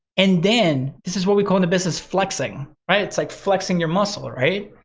and then this is what we call in the business flexing, right? it's like flexing your muscle, right?